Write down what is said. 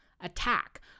attack